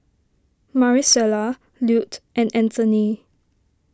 Marisela Lute and Anthony